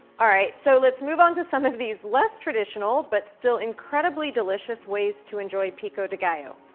all right, so let's move on to some of these less traditional, but still incredibly delicious ways to enjoy pico de gallo.